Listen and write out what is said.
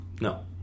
No